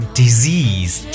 disease